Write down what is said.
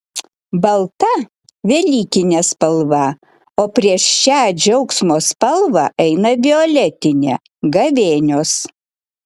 balta velykinė spalva o prieš šią džiaugsmo spalvą eina violetinė gavėnios